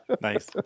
nice